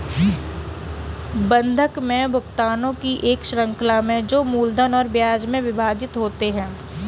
बंधक में भुगतानों की एक श्रृंखला में जो मूलधन और ब्याज में विभाजित होते है